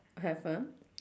have ah